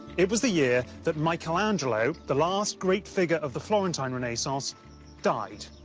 it was the year that michelangelo the last great figure of the florentine renaissance died.